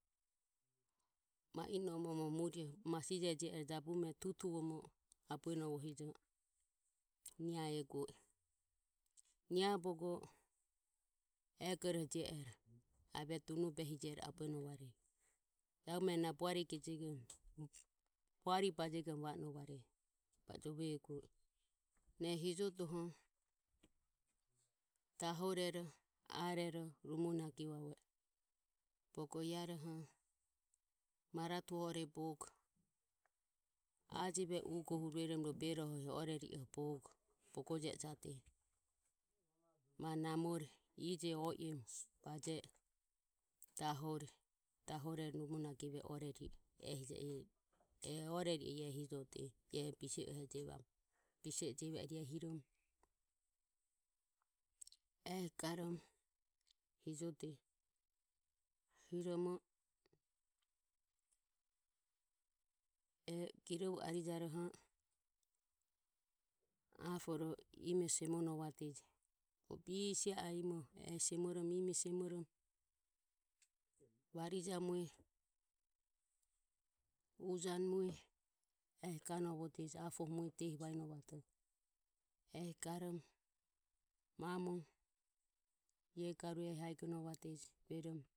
Ma inome murie, masije jie. Jabume tutuvomo abuenovohijo. Nia eguo i, Nia bogo egoroho jie ero avia dunobehe jie ero jabume na buarijegom buari bajegom va onovare na e e hijodoho dahorero arero numonagive e bogo e aroho maratu ore bogo ajive e ugo hu ro berohe orari e bogo, bogojie e jade. Ma namore ije o emu jie dahore, dahore numonagive e orari o e orari ore hijodeje. Iae hijode bise e jevam, bise ore ehi garom hijode, aporo ime semono vadeje. Bogo bise are varija mue uj ane mue ehi ganovode, ehi garomo, mamo e garue muhuvom rueromo.